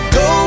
go